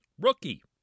Rookie